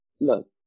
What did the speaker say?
Look